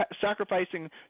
sacrificing